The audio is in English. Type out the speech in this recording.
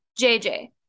JJ